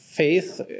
Faith